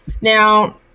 Now